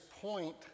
point